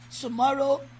tomorrow